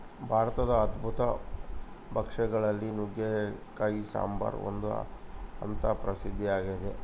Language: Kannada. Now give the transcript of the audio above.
ಭಾರತದ ಅದ್ಭುತ ಭಕ್ಷ್ಯ ಗಳಲ್ಲಿ ನುಗ್ಗೆಕಾಯಿ ಸಾಂಬಾರು ಒಂದು ಅಂತ ಪ್ರಸಿದ್ಧ ಆಗಿದೆ